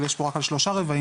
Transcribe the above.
אבל יש פה רק על שלושה רבעים,